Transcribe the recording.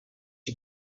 you